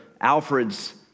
Alfred's